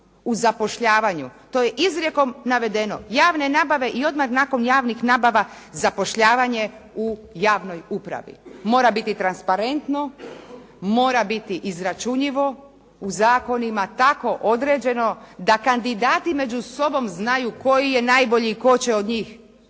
u zapošljavanju, to je izrijekom navedeno. Javne nabave i odmah nakon javnih nabava zapošljavanje u javnoj upravi. Mora biti transparentno, mora biti izračunjivo, u zakonima tako određeno da kandidati među sobom znaju koji je najbolji i tko će od njih